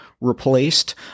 replaced